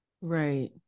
Right